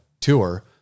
tour